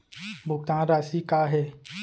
भुगतान राशि का हे?